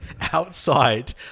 outside